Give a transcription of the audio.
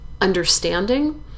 understanding